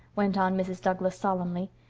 went on mrs. douglas solemnly.